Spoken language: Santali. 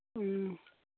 ᱦᱮᱸ